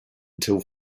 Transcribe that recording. until